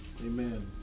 Amen